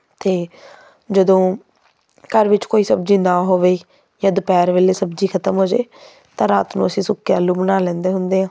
ਅਤੇ ਜਦੋਂ ਘਰ ਵਿੱਚ ਕੋਈ ਸਬਜ਼ੀ ਨਾ ਹੋਵੇ ਜਾਂ ਦੁਪਹਿਰ ਵੇਲੇ ਸਬਜ਼ੀ ਖ਼ਤਮ ਹੋ ਜੇ ਤਾਂ ਰਾਤ ਨੂੰ ਅਸੀਂ ਸੁੱਕੇ ਆਲੂ ਬਣਾ ਲੈਂਦੇ ਹੁੰਦੇ ਹਾਂ